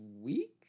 week